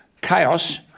chaos